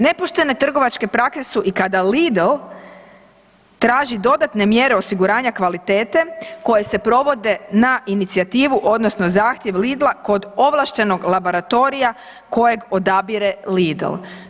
Nepoštene trgovačke prakse su i kada Lidl traži dodatne mjere osiguranja kvalitete koje se provode na inicijativu odnosno zahtjev Lidla kod ovlaštenog laboratorija kojeg odabire Lidl.